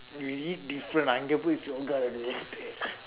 we eat different அங்க போய் சொல்லுடாடே:angka pooi solludaadee